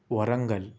Warangal